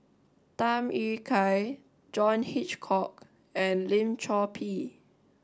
Tham Yui Kai John Hitchcock and Lim Chor Pee